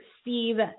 Steve